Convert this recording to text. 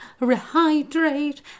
rehydrate